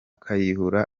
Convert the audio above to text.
kayihura